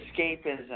escapism